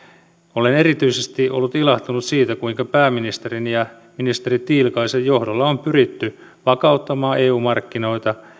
olen erityisesti ollut ilahtunut siitä kuinka pääministerin ja ministeri tiilikaisen johdolla on on pyritty vakauttamaan eu markkinoita